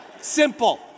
Simple